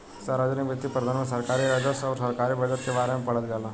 सार्वजनिक वित्तीय प्रबंधन में सरकारी राजस्व अउर सरकारी बजट के बारे में पढ़ल जाला